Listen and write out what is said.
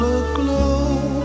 aglow